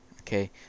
Okay